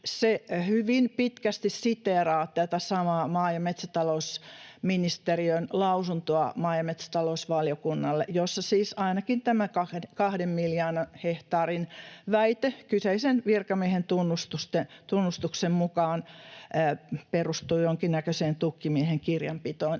hyvin pitkästi siteeraa tätä samaa maa- ja metsätalousministeriön lausuntoa maa- ja metsätalousvaliokunnalle, jossa siis ainakin tämä kahden miljoonan hehtaarin väite kyseisen virkamiehen tunnustuksen mukaan perustui jonkinnäköiseen tukkimiehen kirjanpitoon